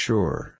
Sure